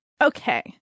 Okay